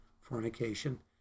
fornication